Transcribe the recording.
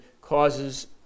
causes